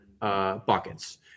buckets